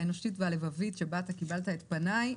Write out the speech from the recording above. האנושית והלבבית שבה אתה קיבלת את פניי,